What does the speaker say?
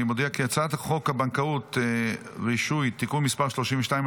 אני מודיע כי הצעת חוק הבנקאות (רישוי) (תיקון מס' 32),